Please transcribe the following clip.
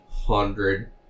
Hundred